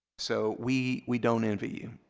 so we we don't envy you,